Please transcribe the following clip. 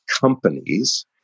companies